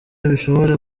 bishobora